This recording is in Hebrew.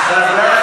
תעזוב אותי,